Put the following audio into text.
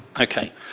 Okay